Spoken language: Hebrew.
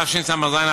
התשס"ז 2007,